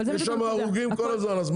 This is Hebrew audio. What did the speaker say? יש שם הרוגים כל הזמן.